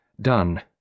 done